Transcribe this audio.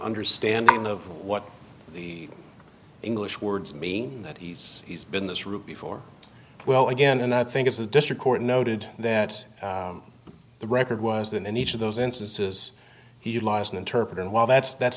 understanding of what the english words mean that he's he's been this route before well again and i think if the district court noted that the record was that in each of those instances he utilize an interpreter and while that's that's